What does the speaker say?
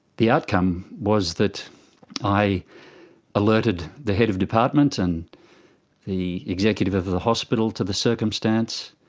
the outcome was that i alerted the head of department and the executive of the the hospital to the circumstance,